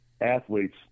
athletes